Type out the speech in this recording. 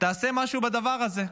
תעשה משהו בדבר הזה.